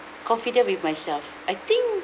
confident with myself I think